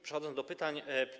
Przechodzę do pytań.